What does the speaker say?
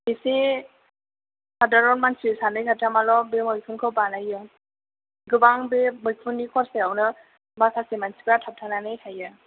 इसे सादारन मानसि सानै साथामाल' बे मैखुनखौ बानायो गोबां बे मैखुननि खरसायावनो माखासे मानसिफ्रा थाबथानानै थायो